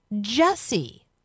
Jesse